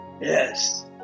Yes